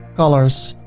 colors,